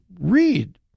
read